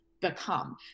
become